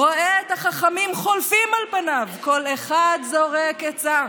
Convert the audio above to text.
רואה את החכמים חולפים על פניו, כל אחד זורק עצה.